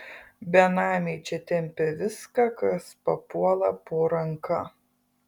benamiai čia tempia viską kas papuola po ranka